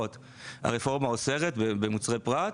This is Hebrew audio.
הרפורמה אוסרת כפל ביטוח במוצרי פרט.